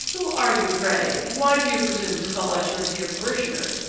who are you, pray, and why do you presume to call us your dear parishioners?